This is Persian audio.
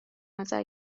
نظر